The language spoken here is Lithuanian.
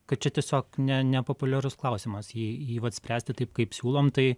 kad čia tiesiog ne nepopuliarus klausimas jei jį vat spręsti taip kaip siūlom tai